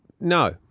No